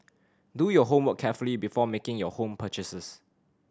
do your homework carefully before making your home purchases